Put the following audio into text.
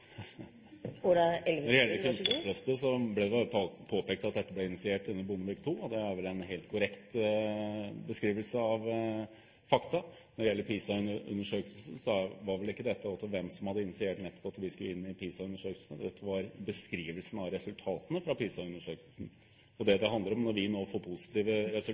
det gjelder Kunnskapsløftet, ble det vel påpekt at dette ble initiert under Bondevik II, og det er vel en helt korrekt beskrivelse av fakta. Når det gjelder PISA-undersøkelsen, så var vel ikke dette om hvem som hadde initiert at vi skulle inn i PISA-undersøkelsen – dette var beskrivelsen av resultatene fra PISA-undersøkelsen, og når vi nå får positive